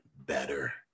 better